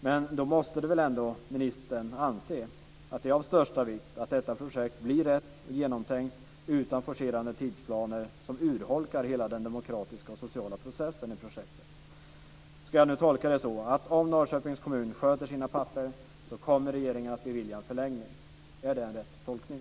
Men då måste väl ändå ministern anse att det är av största vikt att detta projekt blir genomtänkt utan forcerade tidsplaner som urholkar hela den demokratiska och sociala processen i projektet. Ska jag nu tolka det så att om Norrköpings kommun sköter sina papper så kommer regeringen att bevilja en förlängning? Är det en riktig tolkning?